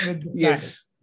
yes